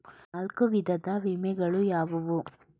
ನಾಲ್ಕು ವಿಧದ ವಿಮೆಗಳು ಯಾವುವು?